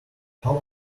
how